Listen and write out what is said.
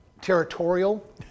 territorial